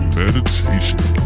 meditation